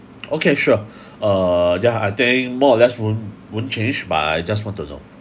okay sure uh yeah ah they more or less wouldn't wouldn't change but I just want to know